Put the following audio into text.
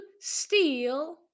steal